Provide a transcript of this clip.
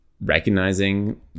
recognizing